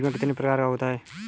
बीमा कितने प्रकार का होता है?